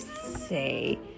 say